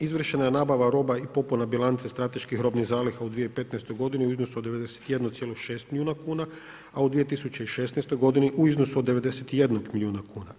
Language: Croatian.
Izvršena je nabava roba i popuna bilance strateških robnih zaliha u 2015. g. u iznosu od 91,6 milijuna kuna, a u 2016. g. u iznosu od 91 milijuna kuna.